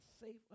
safe